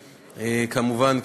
כמובן,